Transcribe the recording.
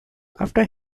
after